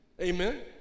Amen